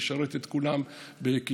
לשרת את כולם בכישרון,